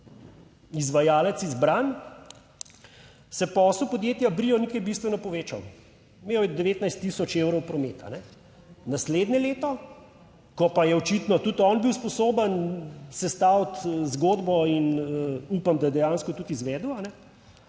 izvajalec izbran se posel podjetja Brioni ni kaj bistveno povečal. Imel je 19 tisoč evrov prometa. Naslednje leto, ko pa je očitno tudi on bil sposoben sestaviti zgodbo in upam, da dejansko tudi izvedel,